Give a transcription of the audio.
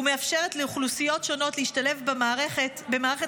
מאפשרת לאוכלוסיות שונות להשתלב במערכת